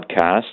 podcast